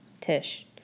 Tish